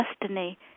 destiny